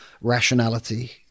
rationality